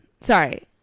sorry